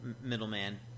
middleman